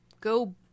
go